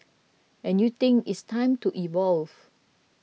and you think it's time to evolve